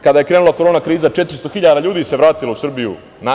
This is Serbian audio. Kada je krenula korona kriza 400 hiljada ljudi se vratilo u Srbiju.